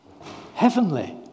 heavenly